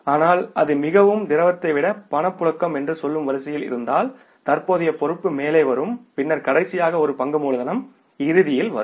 ஆனால் அது மிகவும் ரொக்கமாக்கக்கூடிய பொறுப்பை விட பணப்புழக்கம் என்று சொல்லும் வரிசையில் இருந்தால் தற்போதைய பொறுப்பு மேலே வரும் பின்னர் கடைசியாக ஒரு பங்கு மூலதனம் இறுதியில் வரும்